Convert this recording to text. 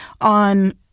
on